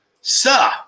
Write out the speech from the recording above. sir